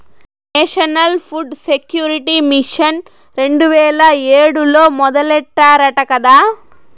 national food security mission రెండు వేల ఏడులో మొదలెట్టారట కదా